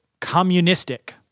communistic